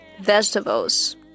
vegetables